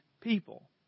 people